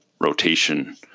rotation